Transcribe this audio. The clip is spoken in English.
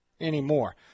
anymore